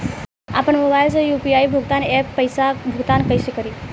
आपन मोबाइल से यू.पी.आई भुगतान ऐपसे पईसा भुगतान कइसे करि?